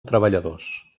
treballadors